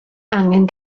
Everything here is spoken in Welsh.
angen